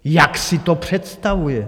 Jak si to představuje?